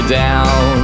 down